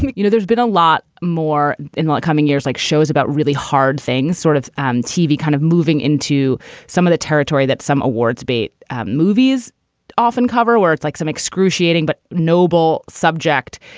but you know, there's been a lot more in coming years like shows about really hard things, sort of um tv kind of moving into some of the territory that some awards bait movies often cover words like some excruciating but noble subject.